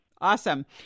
Awesome